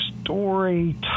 story